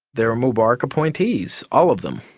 they are mubarak appointees, all of them.